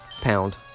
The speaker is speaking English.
Pound